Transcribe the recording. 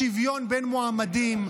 השוויון בין מועמדים,